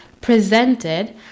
presented